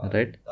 Right